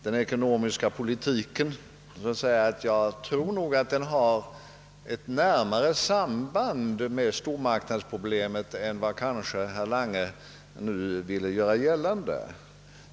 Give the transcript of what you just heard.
Den ekonomiska politiken har nog ett närmare samband med stormarknadsproblemet än vad herr Lange nu ville göra gällande.